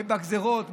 בגזרות,